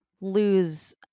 lose